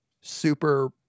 super